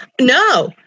No